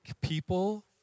people